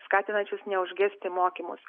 skatinančius neužgesti mokymus